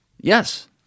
yes